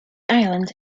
island